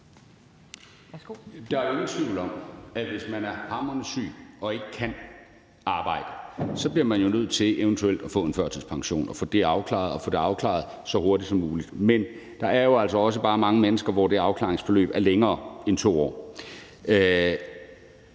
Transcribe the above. Der er ingen tvivl om, at hvis man er hamrende syg og ikke kan arbejde, så bliver man nødt til eventuelt at få en førtidspension og få det afklaret så hurtigt som muligt, men der er jo altså også bare mange mennesker, for hvem det afklaringsforløb er længere end 2 år.